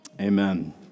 amen